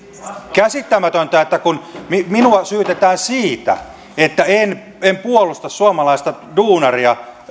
käsittämätöntä että minua syytetään siitä että en en puolusta suomalaista duunaria